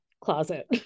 closet